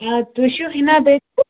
تُہۍ چھُو